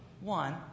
one